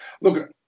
Look